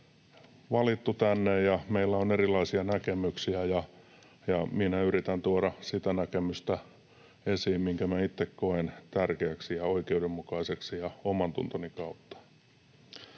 valittu tänne, ja meillä on erilaisia näkemyksiä. Minä yritän tuoda esiin sitä näkemystä, minkä minä itse koen tärkeäksi ja oikeudenmukaiseksi omantuntoni kautta.